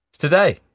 Today